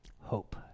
Hope